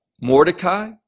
Mordecai